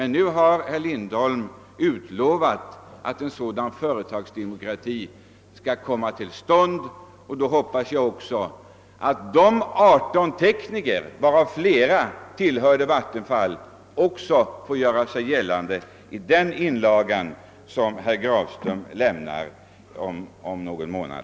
Nu har emellertid herr Lindholm lovat att den skall komma till stånd, och då hoppas jag att de 18 teknikerna, av vilka flera tillhör Vattenfall, bereds möjlighet att tillkännage sin mening i den inlaga som herr Grafström skall lämna om någon månad.